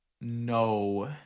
no